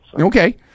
okay